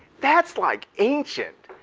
that's like ancient,